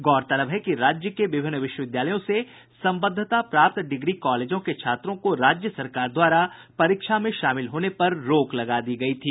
गौरतलब है कि राज्य के विभिन्न विश्वविद्यालयों से संबद्धता प्राप्त डिग्री कॉलेजों के छात्रों को राज्य सरकार द्वारा परीक्षा में शामिल होने पर रोक लगा दी गयी थी